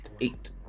eight